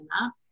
enough